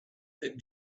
that